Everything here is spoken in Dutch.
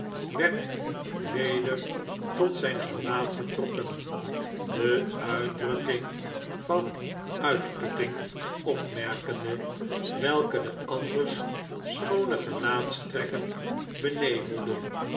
werd weder tot zjjn gelaat getrokken de uitdrukking van uitputting opmerkende welke de anders schoone gelaatstrekken benevelde